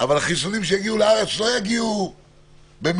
אבל החיסונים שיגיעו לארץ לא יגיעו במיליונים.